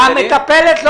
לא.